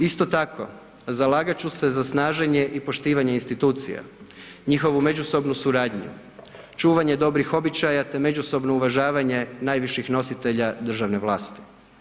Isto tako, zalagat ću se za snaženje i poštivanje institucija, njihovu međusobnu suradnju, čuvanje dobrih običaja te međusobno uvažavanje najviših nositelja državne vlasti.